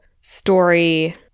story